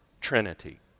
trinity